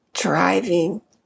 driving